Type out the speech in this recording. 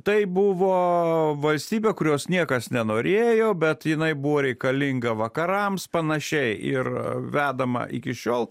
tai buvo valstybė kurios niekas nenorėjo bet jinai buvo reikalinga vakarams panašiai ir vedama iki šiol